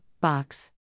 Box